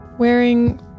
Wearing